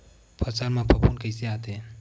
फसल मा फफूंद कइसे आथे?